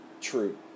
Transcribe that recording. true